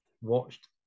watched